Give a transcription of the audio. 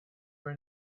were